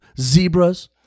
zebras